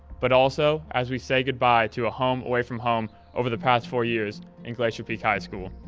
but also as we say goodbye to a home away from home over the past four years in glacier peak high school.